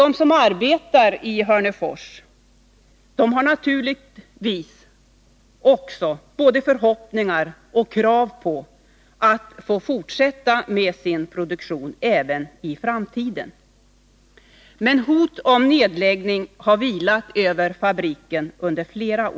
De som arbetar i Hörnefors har naturligt nog både förhoppningar och krav på att få fortsätta med sin produktion även i framtiden. Men hot om nedläggning har vilat över fabriken under flera år.